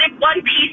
One-piece